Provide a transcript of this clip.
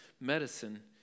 medicine